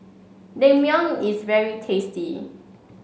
Naengmyeon is very tasty